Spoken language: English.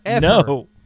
No